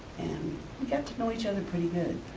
we got to know each other pretty good.